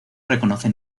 reconoce